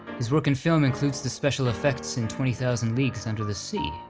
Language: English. his work in film includes the special effects in twenty thousand leagues under the sea,